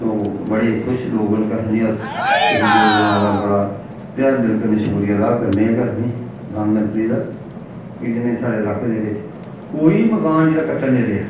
तो बड़े खुश लोक न केह् आखदे न अस इस योजना दा बड़ा तहे दिल कन्नै शुक्रिया अदा करने आं कि असें गी प्रधानमंत्री दा कि जि'नें साढ़े इलाके दे बिच्च कोई मकान जेह्ड़ा कच्चा नेईं रेहा